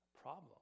problem